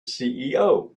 ceo